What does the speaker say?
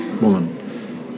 woman